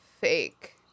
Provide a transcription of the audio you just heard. fake